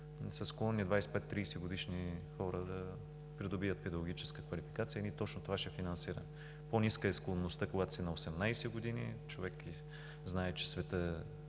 са склонни 25 – 30-годишни хора да придобият педагогическа квалификация. Ние точно това ще финансираме. По-ниска е склонността, когато си на 18 години – човек знае, че светът